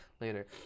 later